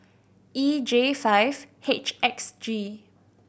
E J five H X G